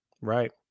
right